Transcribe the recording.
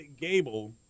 Gable